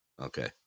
Okay